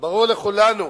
ברור לכולנו,